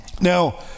Now